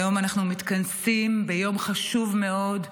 היום אנחנו מתכנסים ביום חשוב מאוד,